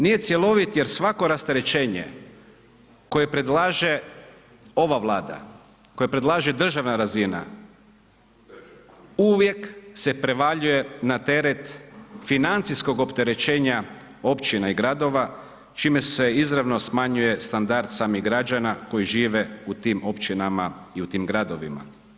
Nije cjelovi jer svako rasterećenje koje predlaže ova Vlada, koje predlaže državna razina uvijek se prevaljuje na teret financijskog opterećenja općina i gradova čime se izravno smanjuje standard samih građana koji žive u tim općinama i u tim gradovima.